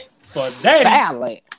Salad